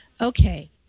Okay